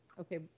Okay